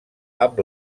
amb